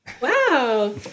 wow